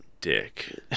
Dick